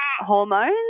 hormones